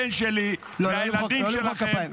הבן שלי והילדים שלכם -- לא למחוא כפיים.